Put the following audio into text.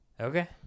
Okay